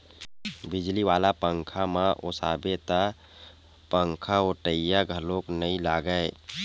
बिजली वाला पंखाम ओसाबे त पंखाओटइया घलोक नइ लागय